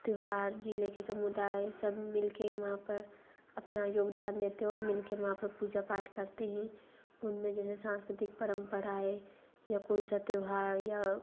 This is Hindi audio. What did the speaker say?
त्यौहार ज़िले के समुदाय सब मिल के वहाँ पर अपना योगदान देते हैं और मिल के वहाँ पर पूजा पाट करते हैं उन में जेसे सांस्कृतिक परंपाराएं या कोई सा त्यौहार या